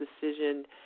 decision